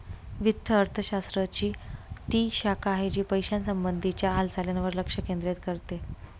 वित्त अर्थशास्त्र ची ती शाखा आहे, जी पैशासंबंधी च्या हालचालींवर लक्ष केंद्रित करते